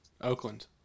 Oakland